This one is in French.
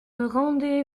rendez